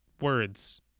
words